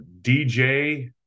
DJ